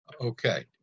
Okay